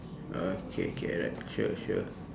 okay okay alright sure sure